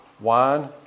wine